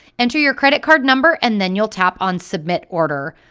enter your credit card number, and then you'll tap on submit order.